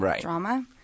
drama